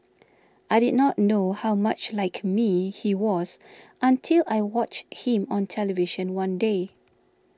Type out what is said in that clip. I did not know how much like me he was until I watch him on television one day